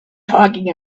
talking